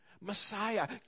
Messiah